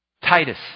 Titus